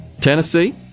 Tennessee